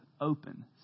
open